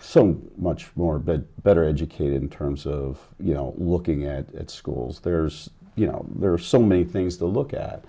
so much more but better educated in terms of you know looking at schools there's you know there are so many things to look at